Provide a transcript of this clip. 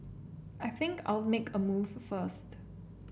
I think I'll make a move first